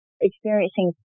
experiencing